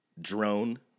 drone